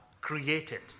created